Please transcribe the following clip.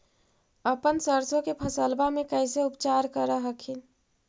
अपन सरसो के फसल्बा मे कैसे उपचार कर हखिन?